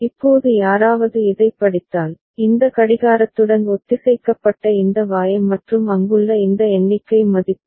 இப்போது யாராவது இதைப் படித்தால் இந்த கடிகாரத்துடன் ஒத்திசைக்கப்பட்ட இந்த Y மற்றும் அங்குள்ள இந்த எண்ணிக்கை மதிப்பு